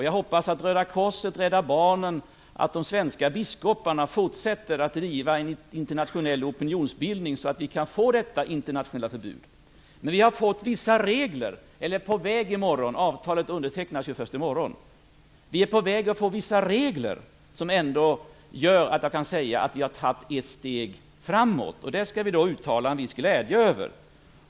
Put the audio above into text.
Jag hoppas att Röda korset, Rädda Barnen och de svenska biskoparna fortsätter att driva en internationell opinionsbildning så att vi kan få till stånd detta internationella förbud. Vi har fått, eller är på väg att få, vissa regler - avtalet undertecknas ju först i morgon - som gör att jag ändå kan säga att vi har tagit ett steg framåt. Detta skall vi uttala en viss glädje över.